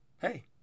hey